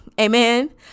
Amen